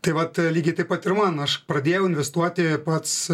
taip vat lygiai taip pat ir man aš pradėjau investuoti pats